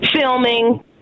filming